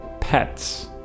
pets